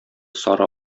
сары